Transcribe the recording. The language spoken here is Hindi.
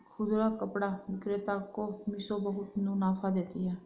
खुदरा कपड़ा विक्रेता को मिशो बहुत मुनाफा देती है